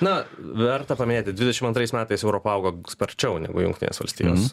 na verta paminėti dvidešim antrais metais europa augo sparčiau negu jungtinės valstijos